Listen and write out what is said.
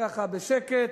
ככה, בשקט,